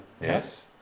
Yes